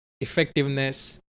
effectiveness